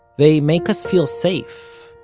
they make us feel safe,